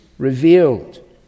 Revealed